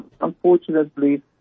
unfortunately